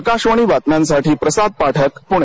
आकाशवाणी बातम्यांसाठी प्रसाद पाठक पुणे